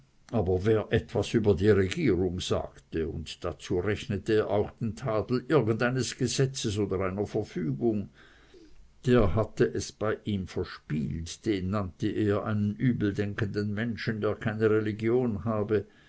aber wer etwas über die regierung sagte und dazu rechnete er auch den tadel irgendeines gesetzes oder einer verfügung der hatte es bei ihm verspielt den nannte er einen übeldenkenden menschen der keine religion habe